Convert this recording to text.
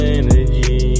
energy